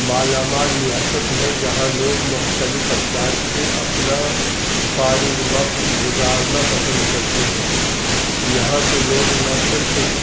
مالا مال ریاست ہے جہاں لوگ مختلف انداز سے اپنا فارغ وقت گزارنا پسند کرتے ہیں یہاں کے لوگ نہ صرف